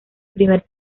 primer